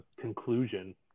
conclusion